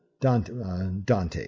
Dante